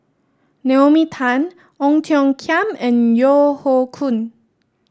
Naomi Tan Ong Tiong Khiam and Yeo Hoe Koon